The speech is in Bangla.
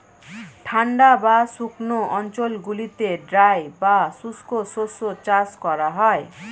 ঠান্ডা বা শুকনো অঞ্চলগুলিতে ড্রাই বা শুষ্ক শস্য চাষ করা হয়